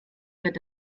wird